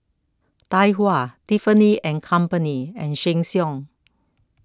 Tai Hua Tiffany and Company and Sheng Siong